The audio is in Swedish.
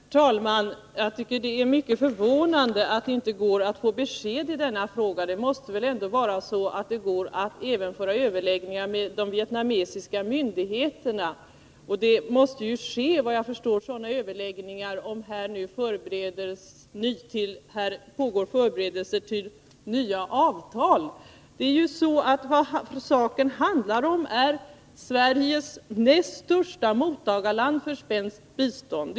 Herr talman! Jag tycker det är mycket förvånande att det inte går att få besked i denna fråga. Det måste väl även gå att föra överläggningar med de vietnamesiska myndigheterna. Såvitt jag förstår måste sådana överläggningar ske, om det nu pågår förberedelser för nya avtal. Vad saken handlar om är ju Sveriges näst största mottagarland för bistånd.